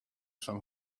some